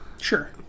Sure